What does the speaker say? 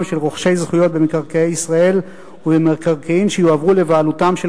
של רוכשי זכויות במקרקעי ישראל ובמקרקעין שיועברו לבעלותם של